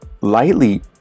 lightly